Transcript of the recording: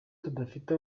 tudafite